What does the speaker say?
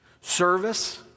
service